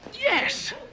yes